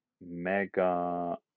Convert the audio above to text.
Mega